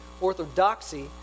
Orthodoxy